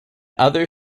other